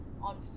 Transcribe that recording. on